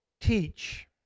Teach